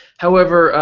however,